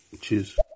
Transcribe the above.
Cheers